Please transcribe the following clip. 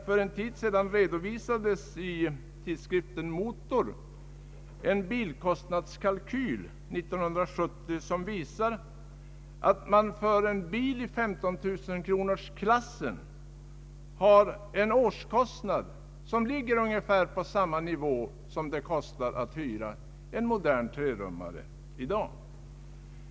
För en tid sedan redovisade nämligen tidningen Motor en bilkostnadskalkyl för 1970, som visar att man för en bil i 15 000-kronorsklassen har en årskostnad på ungefär samma nivå som för en modern trerummare.